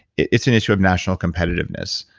it's an issue of national competitiveness.